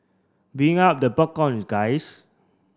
bring out the popcorn guys